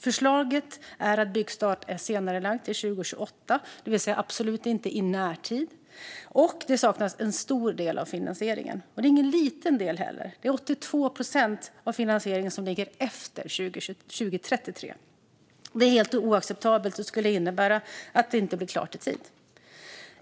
Förslaget är att byggstart är senarelagd till 2028, det vill säga absolut inte "i närtid", och en del av finansieringen saknas. Det är ingen liten del heller - det är 82 procent av finansieringen som ligger efter 2033. Det är helt oacceptabelt och skulle innebära att fyrspåret inte blir klart i tid.